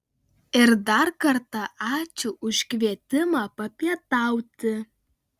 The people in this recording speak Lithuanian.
ir dar kartą ačiū už kvietimą papietauti